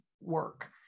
work